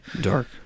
Dark